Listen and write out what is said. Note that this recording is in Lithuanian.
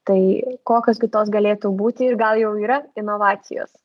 tai kokios gi tos galėtų būti ir gal jau yra inovacijos